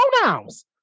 pronouns